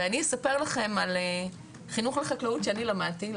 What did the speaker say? ואני אספר לכם על חינוך לחקלאות שאני למדתי.